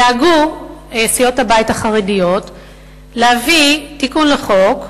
דאגו סיעות הבית החרדיות להביא תיקון לחוק,